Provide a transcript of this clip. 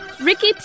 Ricky